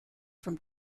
from